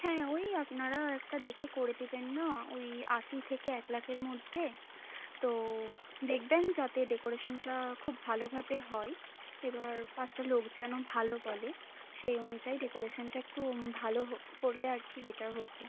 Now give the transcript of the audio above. হ্যাঁ ওই আপনারা একটা দেখে করে দেবেন না ওই আশি থেকে এক লাখের মধ্যে তো দেখবেন যাতে ডেকোরেশনটা খুব ভালোভাবে হয় এবার পাঁচটা লোক যেন ভালো বলে সেই অনুযায়ী ডেকোরেশনটা একটু ভালো হো করলে আর কি বেটার হত